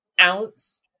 ounce